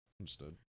Understood